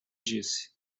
disse